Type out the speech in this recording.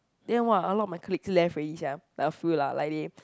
then !wah! a lot of my colleagues left already sia like a few lah like they